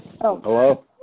Hello